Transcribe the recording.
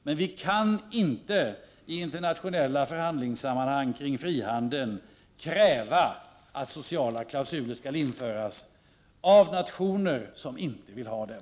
Men vi kan inte i internationella förhandlingssammanhang kring frihandeln kräva att sociala klausuler skall införas av nationer som inte vill ha dem.